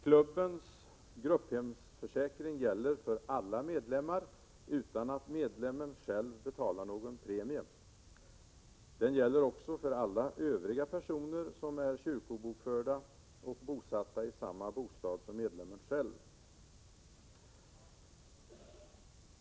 Klubbens grupphemförsäkring gäller för alla medlemmar, utan att medlemmen själv betalar någon premie. Den gäller också för alla övriga personer som är kyrkobokförda och bosatta i samma bostad som medlemmen själv.